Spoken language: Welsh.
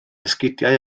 esgidiau